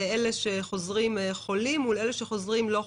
אלה שחוזרים חולים מול אלה שחוזרים לא חולים?